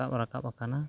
ᱥᱟᱵ ᱨᱟᱠᱟᱵ ᱟᱠᱟᱱᱟ